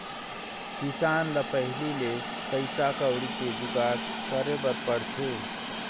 किसान ल पहिली ले पइसा कउड़ी के जुगाड़ करे बर पड़थे